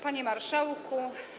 Panie Marszałku!